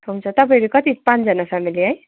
हुन्छ तपाईँहरू कति पाँचजना फ्यामिली है